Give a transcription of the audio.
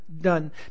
done